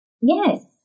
Yes